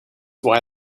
why